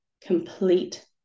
complete